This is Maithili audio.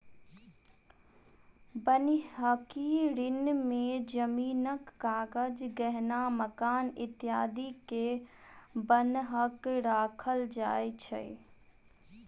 बन्हकी ऋण में जमीनक कागज, गहना, मकान इत्यादि के बन्हक राखल जाय छै